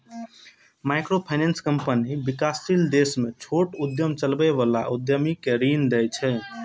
microfinance company विकासशील देश मे छोट उद्यम चलबै बला उद्यमी कें ऋण दै छै